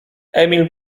emil